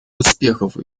успехов